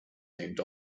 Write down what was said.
named